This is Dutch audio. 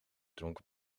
dronken